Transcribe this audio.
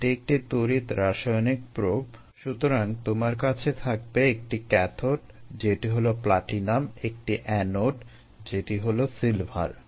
এটি একটি তড়িৎ রাসায়নিক প্রোব সুতরাং তোমার কাছে থাকবে একটি ক্যাথোড যেটি হলো প্লাটিনাম একটি অ্যানোড যেটি হলো সিলভার